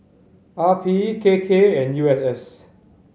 R P K K and U S S